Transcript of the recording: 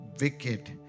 wicked